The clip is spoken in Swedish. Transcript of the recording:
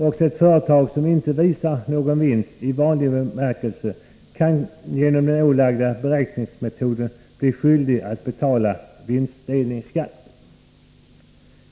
Också ett företag som inte visar någon vinst i vanlig bemärkelse kan genom den ålagda beräkningsmetoden bli skyldigt att betala vinstdelningsskatt.